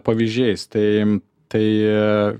pavyzdžiais tai tai